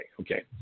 Okay